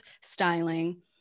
styling